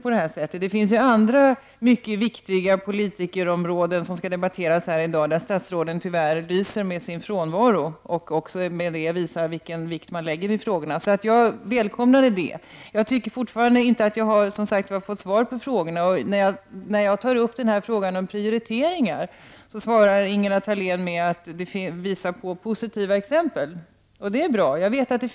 Men det finns ju också andra mycket viktiga politikerområden som skall debatteras här i dag. Tyvärr lyser statsråden med sin frånvaro. Därmed visar man vilken vikt man fäster vid de olika frågorna. Jag har, som sagt, inte fått svar på ställda frågor. När jag tar upp frågan om prioriteringar pekar Ingela Thalén på vissa positiva exempel -- det är i och för sig bra.